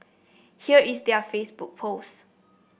here is their Facebook post